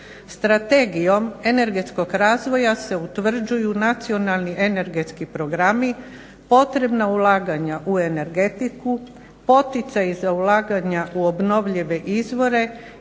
Strategijom energetskog razvoja se utvrđuju nacionalni energetski programi, potrebna ulaganja u energetiku, poticaji za ulaganja u obnovljive izvore